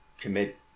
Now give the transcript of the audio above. commit